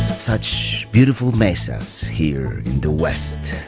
such beautiful mesas here in the west,